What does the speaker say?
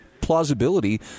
plausibility